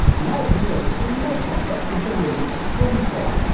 now we go to the next one, that is the limit of comfort.